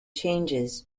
changes